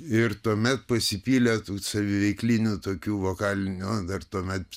ir tuomet pasipylė saviveiklinių tokių vokalinių dar tuomet